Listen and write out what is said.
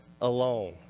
alone